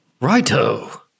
Righto